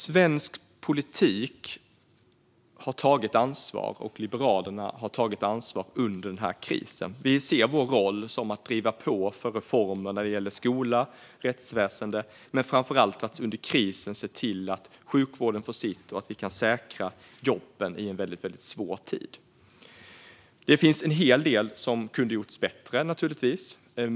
Svensk politik har tagit ansvar, och Liberalerna har tagit ansvar under krisen. Vi ser vår roll som att driva på för reformer när det gäller skola och rättsväsen och framför allt att under krisen se till att sjukvården får sitt och att vi kan säkra jobben i en väldigt svår tid. Det finns naturligtvis en del som kunde ha gjorts bättre.